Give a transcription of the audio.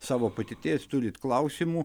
savo patirties turit klausimų